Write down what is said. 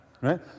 Right